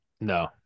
No